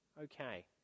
okay